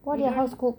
what do your house cook